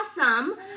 awesome